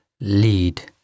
lead